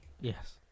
Yes